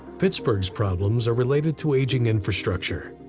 pittsburgh's problems are related to aging infrastructure.